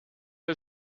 des